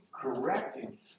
correcting